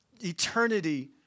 eternity